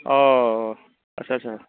अ' आच्छा आच्छा